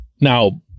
Now